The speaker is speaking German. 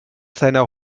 seiner